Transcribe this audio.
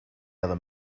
other